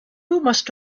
must